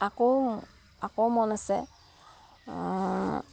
আকৌ আকৌ মন আছে